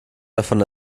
davon